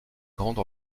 grande